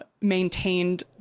maintained